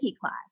class